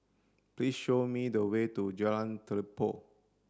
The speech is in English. please show me the way to Jalan Telipok